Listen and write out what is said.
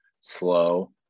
slow